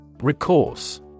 Recourse